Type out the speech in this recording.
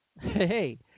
hey